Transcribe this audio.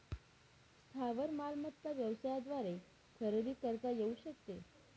स्थावर मालमत्ता व्यवसायाद्वारे खरेदी करता येऊ शकते